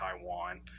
Taiwan